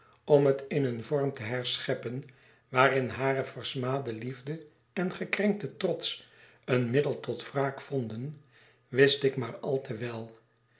om het in een vorm te herscheppen waarin hare versmade liefde en gekrenkte trots een middel tot wraak vonden wist ik maar al te wel